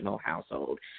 household